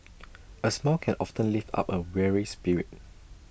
A smile can often lift up A weary spirit